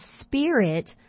Spirit